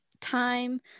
time